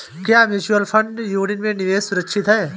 क्या mutual fund unit में निवेश सुरक्षित है?